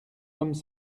hommes